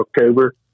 October